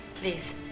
Please